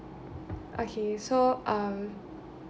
okay so um